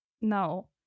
No